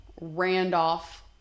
Randolph